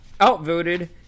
Outvoted